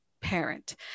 parent